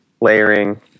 Layering